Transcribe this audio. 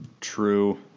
true